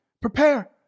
prepare